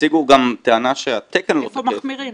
הציגו גם טענה שהתקן לא תקף,